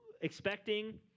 expecting